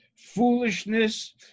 foolishness